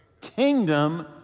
kingdom